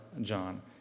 John